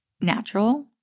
natural